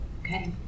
Okay